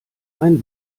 ein